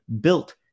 built